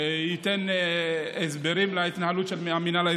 מעניין רק מי